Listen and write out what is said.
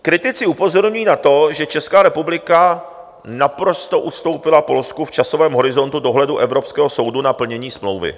Kritici upozorňují na to, že Česká republika naprosto ustoupila Polsku v časovém horizontu dohledu evropského soudu na plnění smlouvy.